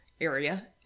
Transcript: area